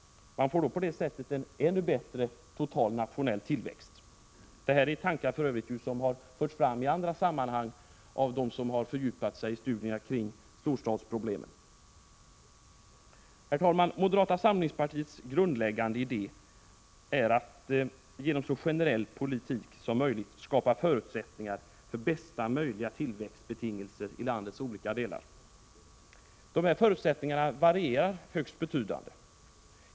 Då får man en ännu bättre total nationell tillväxt. Detta är för övrigt tankar som förts fram i andra sammanhang av dem som har fördjupat sig i studier kring storstadsproblemen. Herr talman! Moderata samlingspartiets grundläggande idé är att genom så generell politik som möjligt skapa förutsättningar för bästa möjliga tillväxtbetingelser i landets olika delar. Dessa förutsättningar varierar högst avsevärt.